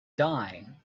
die